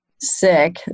sick